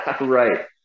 Right